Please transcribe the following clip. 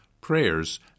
prayers